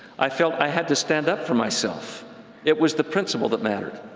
i felt i had to stand up for myself it was the principle that mattered.